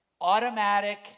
automatic